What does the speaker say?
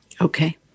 Okay